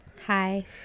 Hi